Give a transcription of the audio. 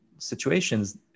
situations